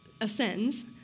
ascends